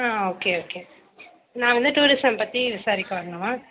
ஆ okay okay நான் வந்து tourism பற்றி விசாரிக்க வரணுமா